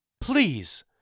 Please